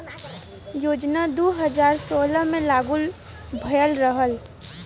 योजना दू हज़ार सोलह मे लागू भयल रहल